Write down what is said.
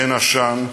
אין עשן,